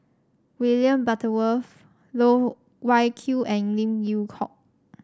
William Butterworth Loh Wai Kiew and Lim Yew Hock